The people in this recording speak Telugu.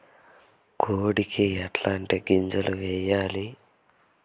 కోడికి ఎట్లాంటి గింజలు వేయాలి?